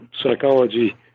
psychology